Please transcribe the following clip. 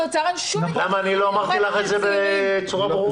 האוצר אין שום ---- גם אני אמרתי לך את זה בצורה ברורה.